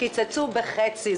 קיצצו בחצי.